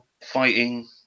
fighting